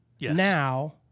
Now